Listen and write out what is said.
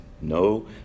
No